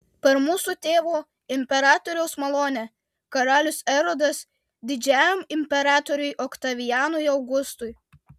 per mūsų tėvo imperatoriaus malonę karalius erodas didžiajam imperatoriui oktavianui augustui